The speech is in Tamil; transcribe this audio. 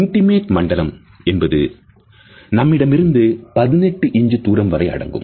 இன்டிமேட் intimateமண்டலம் என்பது நம்மிடமிருந்து 18 இன்ச் தூரம் வரை அடங்கும்